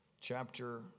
Chapter